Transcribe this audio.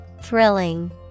Thrilling